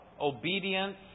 obedience